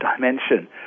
dimension